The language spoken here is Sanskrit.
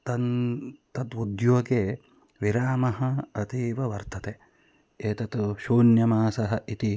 तन् तद् उद्योगे विरामः अतीव वर्तते एतत् शून्यमासः इति